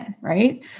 Right